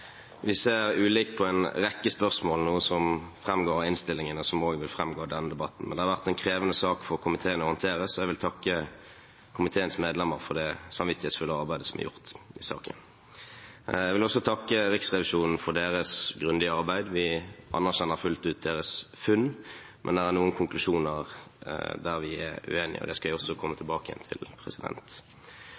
Vi ser ulikt på en rekke spørsmål, noe som framgår av innstillingen, og som også vil framgå av denne debatten. Det har vært en krevende sak for komiteen å håndtere, så jeg vil takke komiteens medlemmer for det samvittighetsfulle arbeidet som er gjort i saken. Jeg vil også takke Riksrevisjonen for deres grundige arbeid. Vi anerkjenner fullt ut deres funn, men det er noen konklusjoner vi er uenig i, og det skal jeg komme tilbake til.